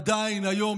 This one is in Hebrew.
עדיין היום,